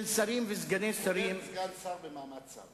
הגדילה את מעמד הביניים, הוא הרס את מעמד הביניים.